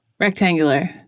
Rectangular